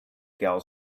gal